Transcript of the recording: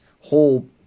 whole